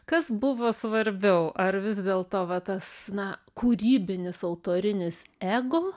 kas buvo svarbiau ar vis dėlto va tas na kūrybinis autorinis ego